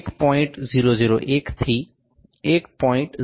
001 થી 1